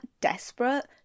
desperate